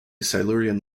silurian